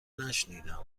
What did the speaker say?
نشنیدم